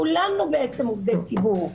כולנו בעצם עובדי ציבור.